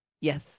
Yes